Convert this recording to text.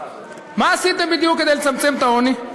מה עשיתם בדיוק כדי לצמצם את העוני?